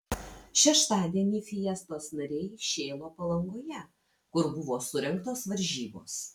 šeštadienį fiestos nariai šėlo palangoje kur buvo surengtos varžybos